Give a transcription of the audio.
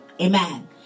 Amen